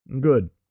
good